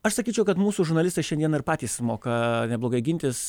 aš sakyčiau kad mūsų žurnalistai šiandieną ir patys moka neblogai gintis